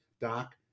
doc